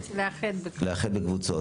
עד 99. מי בעד קבלת הסתייגויות 93 עד 99?